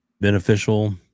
beneficial